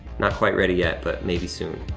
not quite ready yet, but maybe soon.